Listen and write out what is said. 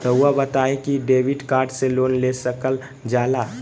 रहुआ बताइं कि डेबिट कार्ड से लोन ले सकल जाला?